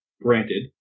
granted